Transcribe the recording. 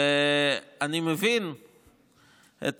אני מבין את